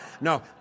No